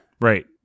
Right